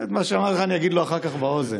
את מה שאמרתי לך אני אגיד לו אחר כך באוזן.